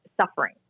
suffering